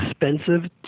expensive